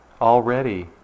already